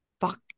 fuck